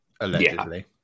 Allegedly